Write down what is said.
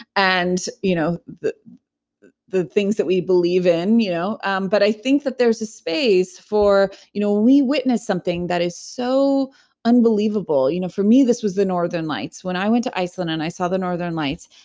and you know the the things that we believe in. you know um but i think that there's a space for, when you know we witness something that is so unbelievable. you know for me, this was the northern lights, when i went to iceland, and i saw the northern lights,